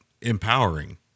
empowering